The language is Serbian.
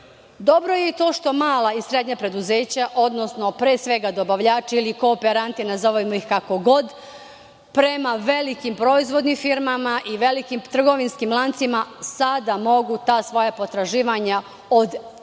kuće. Dobro je i to što mala i srednja preduzeća, odnosno, pre svega dobavljači ili kooperanti, nazovimo ih kako god, prema velikim proizvodnim firmama i velikim trgovinskim lancima sada mogu ta svoja potraživanja od tih